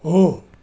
हो